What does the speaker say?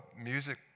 music